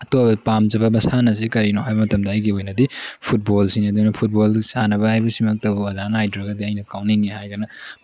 ꯄꯥꯝꯖꯕ ꯃꯁꯥꯟꯅꯁꯤ ꯀꯔꯤꯅꯣ ꯍꯥꯏꯕ ꯃꯇꯝꯗ ꯑꯩꯒꯤ ꯑꯣꯏꯅꯗꯤ ꯐꯨꯠꯕꯣꯜꯁꯤꯅꯤ ꯑꯗꯨꯅ ꯐꯨꯠꯕꯣꯜꯗꯨ ꯁꯥꯟꯅꯕ ꯍꯥꯏꯕꯁꯤꯃꯛꯇꯕꯨ ꯑꯣꯖꯥ ꯅꯥꯏꯗ꯭ꯔꯒꯗꯤ ꯑꯩꯅ ꯀꯥꯎꯅꯤꯡꯉꯤ ꯍꯥꯏꯗꯅ